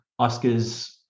Oscars